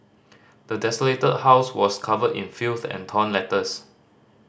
the desolated house was covered in filth and torn letters